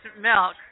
milk